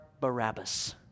Barabbas